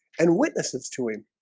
and witnesses to him